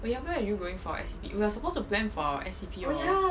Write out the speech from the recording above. oh ya I feel like you going for S_E_P we are suppose to plan for S_E_P hor